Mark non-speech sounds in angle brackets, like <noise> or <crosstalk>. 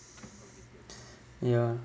<breath> ya